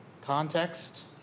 context